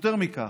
יותר מכך,